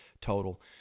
total